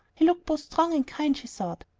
he looked both strong and kind, she thought.